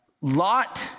Lot